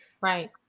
right